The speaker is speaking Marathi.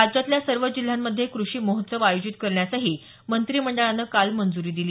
राज्यातल्या सर्व जिल्ह्यांमध्ये कृषी महोत्सव आयोजित करण्यासही मंत्रिमंडळानं काल मंजुरी दिली